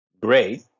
great